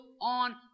on